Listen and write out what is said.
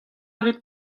rit